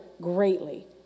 greatly